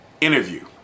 interview